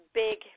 big